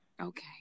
Okay